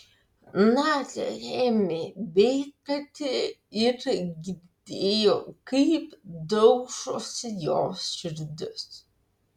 nadia ėmė bėgti ir girdėjo kaip daužosi jos širdis